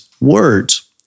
words